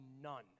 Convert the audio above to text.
none